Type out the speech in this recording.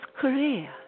Korea